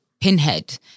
pinhead